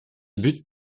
but